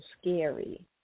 scary